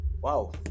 Wow